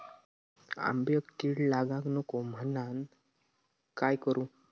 आंब्यक कीड लागाक नको म्हनान काय करू?